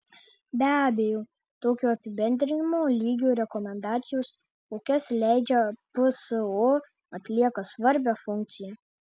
be abejo tokio apibendrinimo lygio rekomendacijos kokias leidžia pso atlieka svarbią funkciją